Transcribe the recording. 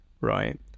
right